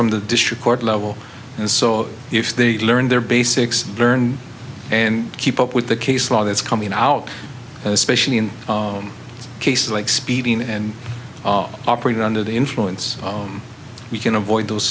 from the district court level and so if they learn their basics learn and keep up with the case law that's coming out especially in cases like speeding and operating under the influence we can avoid those